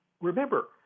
remember